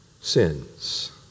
sins